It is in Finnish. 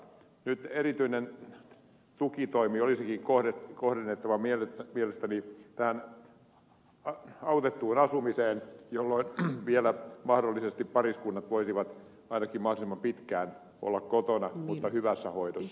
nyt erityinen tukitoimi olisikin kohdennettava mielestäni autettuun asumiseen jolloin vielä mahdollisesti pariskunnat voisivat ainakin mahdollisimman pitkään olla kotona mutta hyvässä hoidossa